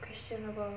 questionable